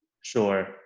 Sure